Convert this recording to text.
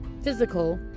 physical